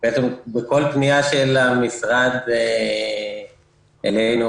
בכל פנייה של המשרד אלינו